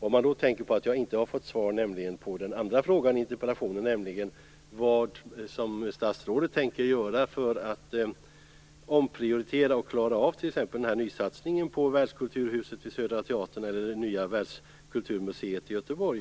Jag har ännu inte fått svar på den andra frågan i min interpellation, nämligen vad statsrådet tänker göra för att omprioritera och klara av t.ex. nysatsningen på ett världskulturhus vid Södra teatern eller det nya världskulturmuseet i Göteborg.